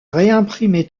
réimprimé